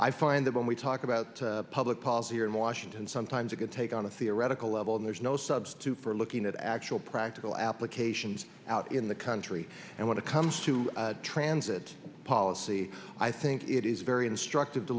i find that when we talk about public policy here in washington sometimes it can take on a theoretical level and there's no substitute for looking at actual practical applications out in the country and when it comes to transit policy i think it is very instructive to